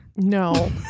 No